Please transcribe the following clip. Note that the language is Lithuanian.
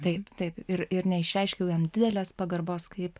taip taip ir ir neišreiškiau jam didelės pagarbos kaip